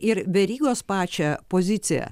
ir verygos pačią poziciją